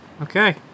okay